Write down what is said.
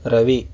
Ravi